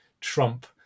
Trump